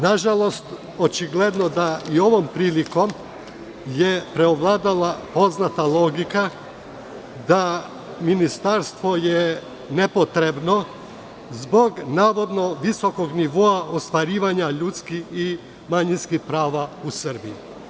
Nažalost, očigledno da i ovom prilikom je preovladala poznata logika da je ministarstvo nepotrebno zbog navodno visokog nivoa ostvarivanja ljudskih i manjinskih prava u Srbiji.